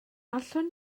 allwn